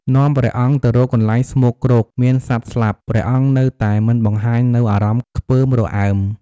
នាំព្រះអង្គទៅកន្លែងស្មោកគ្រោក មានសត្វស្លាប់ ព្រះអង្គនៅតែមិនបង្ហាញនូវអារម្មណ៍ខ្ពើមរអើម។